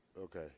Okay